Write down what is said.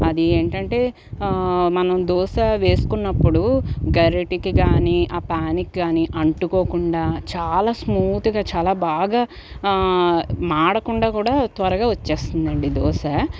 అది ఏంటంటే మనం దోశ వేసుకున్నప్పుడు గరిటకి కానీ ఆ పాన్కి కానీ అంటుకోకుండా చాలా స్మూత్గా చాలా బాగా మాడకుండా కూడా త్వరగా వచ్చేస్తుంది అండీ దోశ